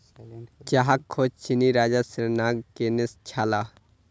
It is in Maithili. चाहक खोज चीनी राजा शेन्नॉन्ग केने छलाह